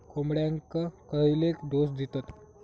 कोंबड्यांक खयले डोस दितत?